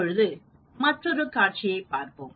இப்போது மற்றொரு காட்சியைப் பார்ப்போம்